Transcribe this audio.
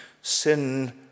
sin